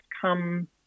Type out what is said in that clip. come